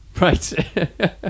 right